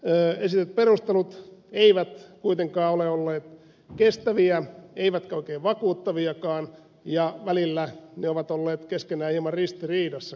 esitetyt perustelut eivät kuitenkaan ole olleet kestäviä eivätkä oikein vakuuttaviakaan ja välillä ne ovat olleet keskenään hieman ristiriidassa